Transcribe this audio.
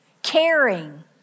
Caring